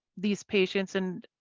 these patients and,